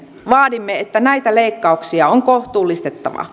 vaadimme että näitä leikkauksia on kohtuullistettava